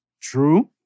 True